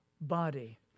body